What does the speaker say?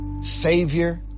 Savior